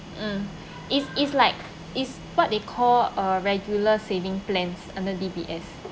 mm is is like is what they call uh regular saving plans under D_B_S